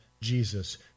Jesus